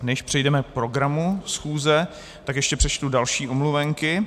Než přejdeme k programu schůze, tak ještě přečtu další omluvenky.